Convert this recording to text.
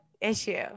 issue